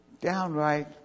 downright